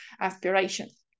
aspirations